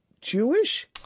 Jewish